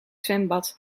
zwembad